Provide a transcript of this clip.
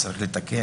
אם צריך לתקן,